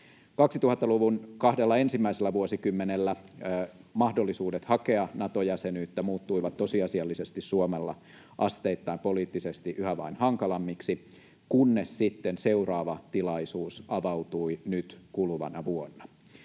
2000-luvun kahdella ensimmäisellä vuosikymmenellä mahdollisuudet hakea Nato-jäsenyyttä muuttuivat tosiasiallisesti Suomella asteittain poliittisesti yhä vain hankalammiksi, kunnes sitten seuraava tilaisuus avautui nyt kuluvana vuonna.